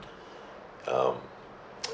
um